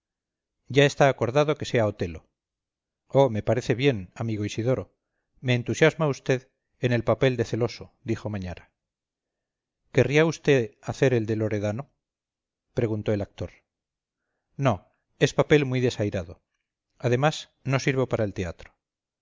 ya está acordado que sea otello oh me parece bien amigo isidoro me entusiasma vd en el papel de celoso dijo mañara querría vd hacer el de loredano preguntó el actor no es papel muy desairado además no sirvo para el teatro